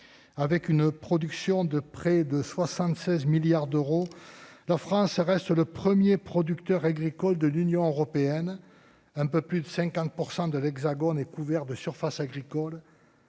en valeur à près de 76 milliards d'euros, la France reste le premier producteur agricole de l'Union européenne. Un peu plus de 50 % du territoire de l'Hexagone est couvert de surfaces agricoles.